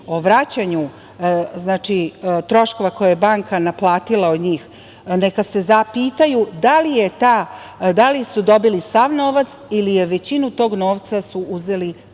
o vraćanju troškova koje je banka naplatila od njih neka se zapitaju da li su dobili sav novac ili su većinu tog novca uzeli